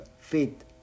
fit